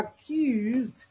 accused